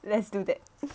let's do that